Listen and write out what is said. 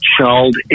child